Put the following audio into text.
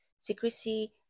Secrecy